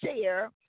share